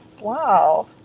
Wow